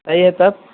صحیح ہے تب